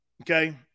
Okay